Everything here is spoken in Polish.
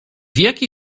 jaki